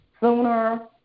sooner